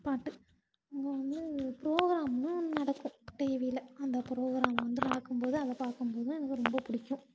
பாட்டு அங்கேவந்து ப்ரோகிராமுன்னு ஒன்று நடக்கும் டிவியில் அந்த ப்ரோகிராமு வந்து நடக்கும் போதும் அதிக பார்க்கும் போதும் எனக்கு ரொம்ப பிடிக்கும்